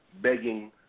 begging